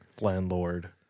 landlord